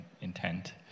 intent